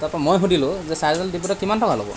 তাৰ পৰা মই সুধিলোঁ যে চাৰ্জাৰডাল দিব্যদা কিমান টকা ল'ব